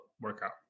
workout